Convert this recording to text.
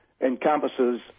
encompasses